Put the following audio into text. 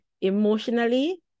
emotionally